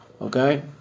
Okay